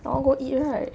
I want go eat right